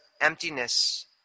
emptiness